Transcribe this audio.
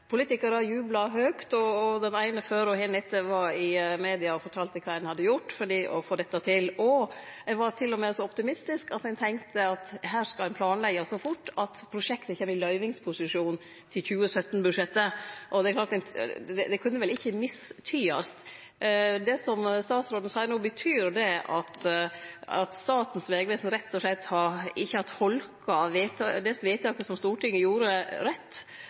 politikarar jubla høgt, og den eine før og hin etter var i media og fortalte kva ein hadde gjort for å få dette til. Ein var til og med så optimistisk at ein tenkte at her skal ein planleggje så fort at prosjektet kjem i løyvingsposisjon til 2017-budsjettet. Det kunne vel ikkje mistydast. Det som statsråden seier no, betyr det at Statens vegvesen rett og slett ikkje har tolka dei vedtaka som Stortinget gjorde, rett,